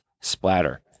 splatter